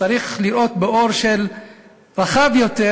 שצריך לראות באור רחב יותר,